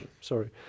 Sorry